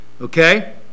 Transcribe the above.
okay